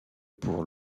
pour